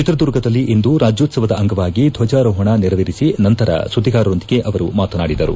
ಚಿತ್ರದುರ್ಗದಲ್ಲಿಂದು ರಾಜ್ಯೋತ್ಸವದ ಅಂಗವಾಗಿ ಧ್ವಜಾರೋಹಣ ನೇರವೇರಿಸಿ ನಂತರ ಸುಧ್ಗಿಗಾರರೊಂದಿಗೆ ಅವರು ಮಾತನಾಡಿದರು